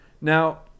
Now